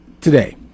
today